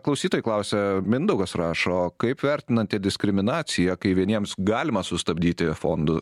klausytoja klausia mindaugas rašo kaip vertinate diskriminaciją kai vieniems galima sustabdyti fondų